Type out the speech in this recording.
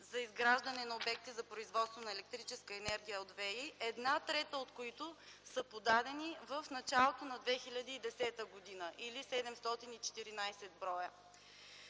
за изграждане на обекти за производство на електрическа енергия от ВИ, една трета от които са подадени в началото на 2010 г., или 714 бр.